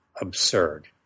absurd